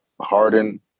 Harden